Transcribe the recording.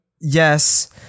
Yes